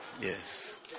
Yes